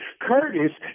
Curtis